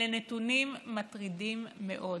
אלה נתונים מטרידים מאוד.